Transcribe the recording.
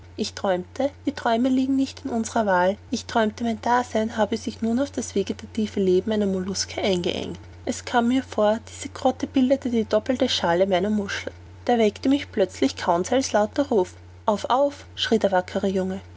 ich träumte die träume liegen nicht in unserer wahl ich träumte mein dasein habe sich nun auf das vegetative leben einer molluske eingeengt es kam mir vor diese grotte bilde die doppelte schale meiner muschel da weckte mich plötzlich conseil's lauter ruf auf auf schrie der wackere junge